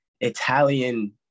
Italian